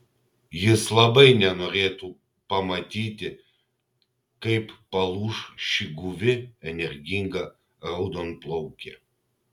jis labai nenorėtų pamatyti kaip palūš ši guvi energinga raudonplaukė